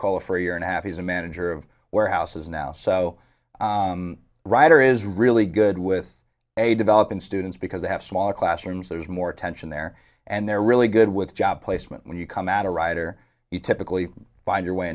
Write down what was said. cola for a year and a half he's a manager of warehouses now so ryder is really good with a developing students because they have small classrooms there's more tension there and they're really good with job placement when you come out a rider you typically find your way